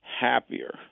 happier